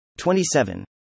27